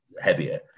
heavier